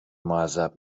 معذب